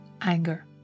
anger